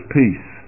peace